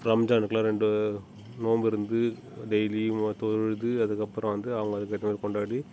ரம்ஜானுக்குலாம் ரெண்டு நோம்பு இருந்து டெய்லியும் தொழுது அதுக்கப்புறோம் வந்து அவங்க அதுக்கேற்ற மாதிரி கொண்டாடி